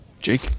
Jake